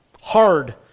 hard